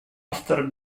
after